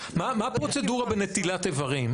מה הפרוצדורה בנטילת איברים?